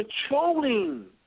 controlling